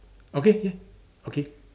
okay K okay